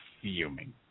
fuming